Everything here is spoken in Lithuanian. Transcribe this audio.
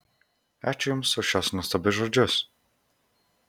ačiū jums už šiuos nuostabius žodžius